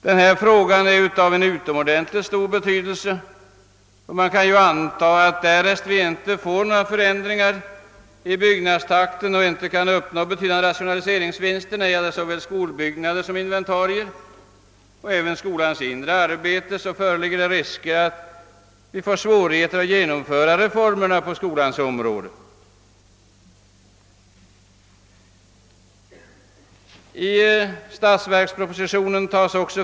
Denna fråga har utomordentligt stor betydelse, ty man kan anta att det, därest vi inte får några förändringar i byggnadstakten och inte kan uppnå avsevärda rationaliseringsvinster i fråga om såväl skolbyggnader som inventarier och även när det gäller skolans inre arbete, föreligger risker att vi får svårigheter att genomföra reformerna på skolans område.